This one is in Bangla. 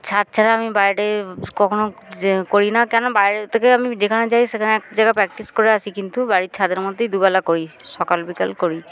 ছাদ ছাড়া আমি বাইরে কখনও যে করি না কেন বাইরে থেকে আমি যেখানে যাই সেখানে এক জায়গায় প্র্যাকটিস করে আসি কিন্তু বাড়ির ছাদের মধ্যেই দুবেলা করি সকাল বিকাল করি